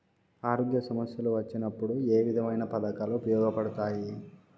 ఆరోగ్య సమస్యలు వచ్చినప్పుడు ఏ విధమైన పథకాలు ఉపయోగపడతాయి